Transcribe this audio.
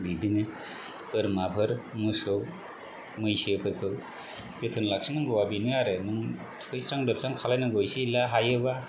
बिदिनो बोरमाफोर मोसौ मैसोफोरखौ जोथोन लाखिनांगौआ बेनो आरो नों थुखैस्रां लोबस्रां खालायनांगौ एसे एला हायोबा